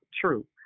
true